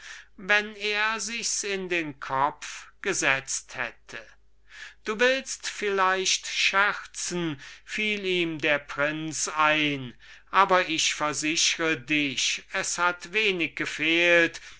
wenn er sichs in den kopf gesetzt hätte du willst vielleicht scherzen fiel ihm der prinz ein aber ich versichre dich es hat wenig gefehlt